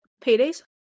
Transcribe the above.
Payday's